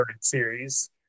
series